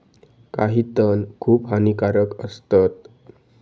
काही तण खूप हानिकारक असतत